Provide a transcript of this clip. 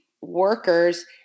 workers